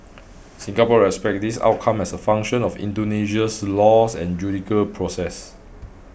Singapore respects this outcome as a function of Indonesia's laws and judicial process